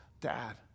Dad